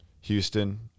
Houston